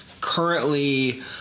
currently